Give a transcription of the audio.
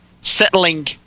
Settling